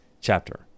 chapter